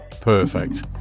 Perfect